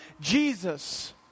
Jesus